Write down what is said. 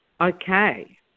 Okay